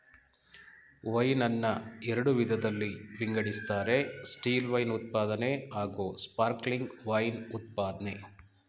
wine ನನ್ನ ಎರಡು ವಿಧದಲ್ಲಿ ವಿಂಗಡಿಸ್ತಾರೆ ಸ್ಟಿಲ್ವೈನ್ ಉತ್ಪಾದನೆ ಹಾಗೂಸ್ಪಾರ್ಕ್ಲಿಂಗ್ ವೈನ್ ಉತ್ಪಾದ್ನೆ